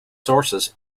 sources